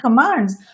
commands